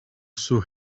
sue